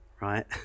right